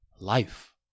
life